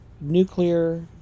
nuclear